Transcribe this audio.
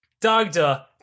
Dogda